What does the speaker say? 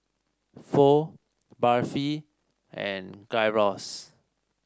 Pho Barfi and Gyros